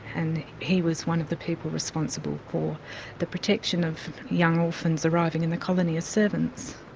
and he was one of the people responsible for the protection of young orphans arriving in the colony as servants.